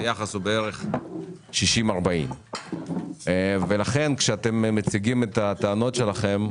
היחס הוא בערך 60/40. כשאתם מציגים את הטענות שלכם,